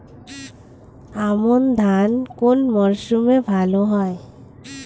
আমন ধান কোন মরশুমে ভাল হয়?